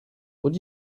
would